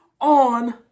on